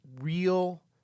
real